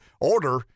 order